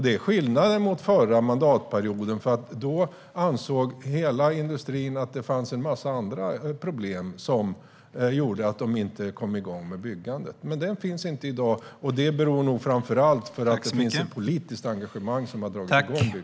Det är skillnaden mot förra mandatperioden, för då ansåg hela industrin att det fanns en massa andra problem som gjorde att man inte kom igång med byggandet. Men dessa hinder finns inte i dag, och det beror nog framför allt på ett politiskt engagemang som har dragit igång byggandet.